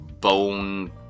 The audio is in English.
bone